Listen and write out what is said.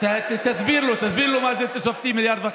תסביר לו מה זה תוספתי 1.5 מיליארד,